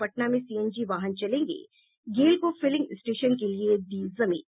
पटना में सीएनजी वाहन चलेंगे गेल को फिलिंग स्टेशन के लिए दी जमीन